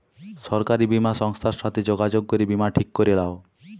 সরকারি বীমা সংস্থার সাথে যগাযগ করে বীমা ঠিক ক্যরে লাও